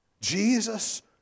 Jesus